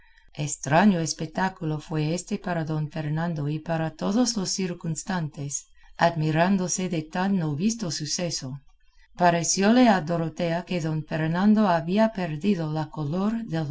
estraño espectáculo fue éste para don fernando y para todos los circunstantes admirándose de tan no visto suceso parecióle a dorotea que don fernando había perdido la color